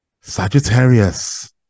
Sagittarius